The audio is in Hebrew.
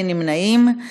אין נמנעים.